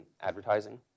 advertising